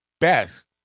best